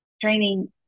training